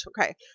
Okay